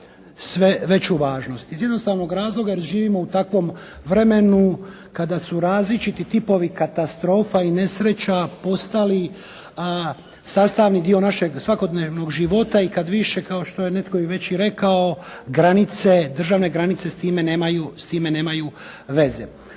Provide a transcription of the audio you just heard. sve veću važnost? Iz jednostavnog razloga jer živimo u takvom vremenu kada su različiti tipovi katastrofa i nesreća postali sastavni dio našeg svakodnevnog života i kad više kao što je netko već i rekao granice, državne granice s time nemaju veze.